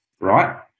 right